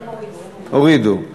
הורידו.